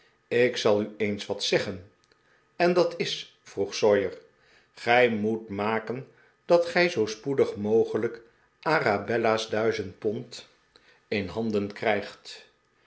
ik zal u eens wat zeggen en dat is vroeg sawyer gij moet maken dat gij zoo spoedig mogelijk arabella's duizend pond in handen krijgt